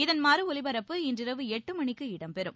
இதன் மறு ஒலிபரப்பு இன்றிரவு எட்டு மணிக்கு இடம்பெறும்